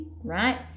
right